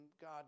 God